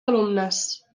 alumnes